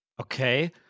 Okay